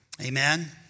amen